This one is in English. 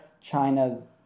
China's